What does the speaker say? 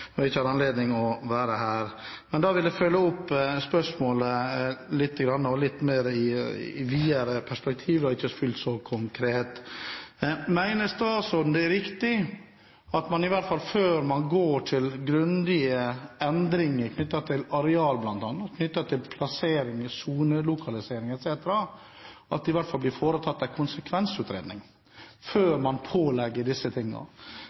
og ikke har anledning til å være her. Da vil jeg følge opp spørsmålet lite grann i et litt videre perspektiv og ikke fullt så konkret. Mener statsråden det er viktig at det – før man går til grundige endringer knyttet til bl.a. areal, plassering, sonelokalisering etc. – blir foretatt en konsekvensutredning før man pålegger disse tingene? Videre: Kan statsråden også si seg enig i at